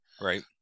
Right